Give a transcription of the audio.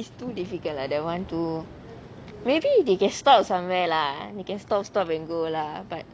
it's too difficult lah that [one] to maybe they can stop somewhere lah you can stop stop and go lah but